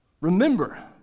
Remember